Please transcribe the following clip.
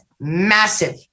massive